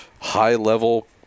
high-level